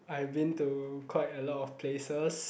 I've been to quite a lot of places